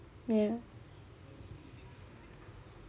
ya